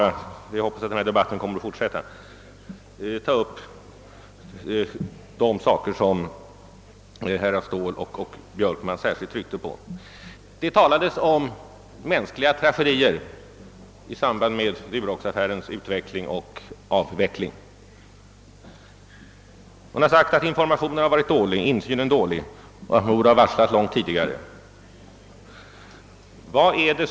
Jag hoppas emellertid att debatten om denna affär kommer att fortsätta vid ett senare tillfälle och vill nu bara ta upp de saker som herrar Ståhl och Björkman särskilt tryckte på. Det talades om mänskliga tragedier i samband med Duroxaffärens utveckling och företagets avveckling. Det har sagts att informationen och möjligheterna till insyn har varit dåliga och att varsel borde ha utfärdats långt tidigare än som varit fallet.